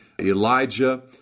Elijah